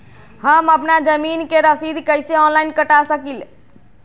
हम अपना जमीन के रसीद कईसे ऑनलाइन कटा सकिले?